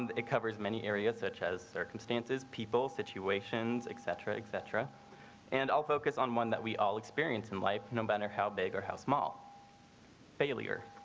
and it covers many areas such as circumstances, people situations et cetera et cetera and i'll focus on one that we all experience in life, no matter how big or how small failure.